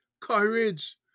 courage